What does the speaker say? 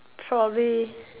probably